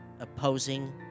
opposing